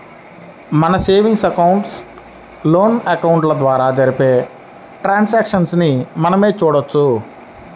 మన savings account, loan అకౌంట్ల ద్వారా జరిపే ట్రాన్సాక్షన్స్ ని మనమే చూడొచ్చు